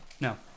No